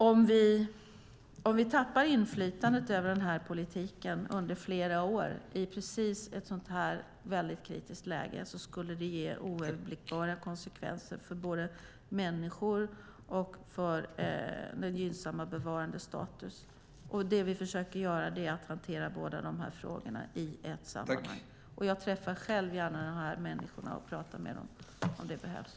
Om vi tappar inflytandet över den här politiken under flera år i precis ett sådant här kritiskt läge ger det oöverblickbara konsekvenser både för människor och för den gynnsamma bevarandestatusen. Det vi försöker göra är att hantera båda de här frågorna i ett sammanhang. Jag träffar själv gärna de här människorna och pratar med dem om det behövs.